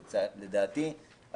לדעתי,